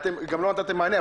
גם לא נתתם מענה,